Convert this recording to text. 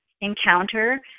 encounter